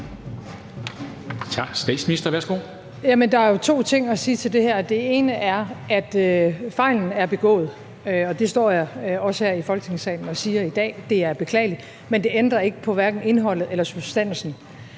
(Mette Frederiksen): Der er jo to ting at sige til det her. Den ene er, at fejlen er begået, og det står jeg også her i Folketingssalen og siger i dag. Det er beklageligt, men det ændrer hverken på indholdet eller substansen.